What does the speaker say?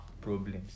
problems